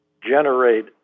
generate